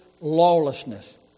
lawlessness